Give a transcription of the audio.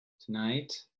tonight